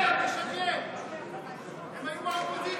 הם היו באופוזיציה.